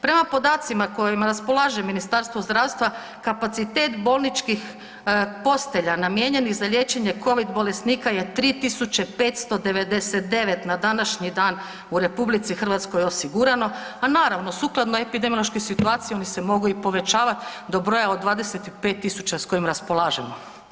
Prema podacima kojima raspolaže Ministarstvo zdravstva kapacitet bolničkih postelja namijenjenih za liječenje covid bolesnika je 3599 na današnji dan u RH osigurano, a naravno sukladno epidemiološkoj situaciji oni se mogu i povećavati do broja od 25000 sa kojim raspolažemo.